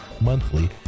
monthly